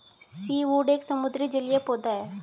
seaweed एक समुद्री जलीय पौधा है